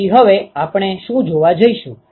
તેથી હવે આપણે શું જોવા જઈશું